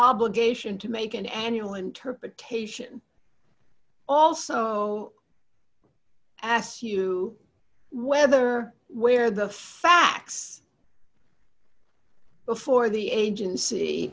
obligation to make an annual interpretation also asked to whether where the facts before the agency